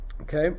okay